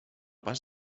pas